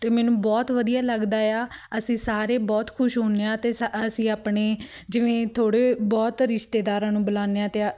ਅਤੇ ਮੈਨੂੰ ਬਹੁਤ ਵਧੀਆ ਲੱਗਦਾ ਆ ਅਸੀਂ ਸਾਰੇ ਬਹੁਤ ਖੁਸ਼ ਹੁੰਦੇ ਹਾਂ ਅਤੇ ਸਾ ਅਸੀਂ ਆਪਣੇ ਜਿਵੇਂ ਥੋੜ੍ਹੇ ਬਹੁਤ ਰਿਸ਼ਤੇਦਾਰਾਂ ਨੂੰ ਬੁਲਾਨੇ ਹਾਂ ਅਤੇ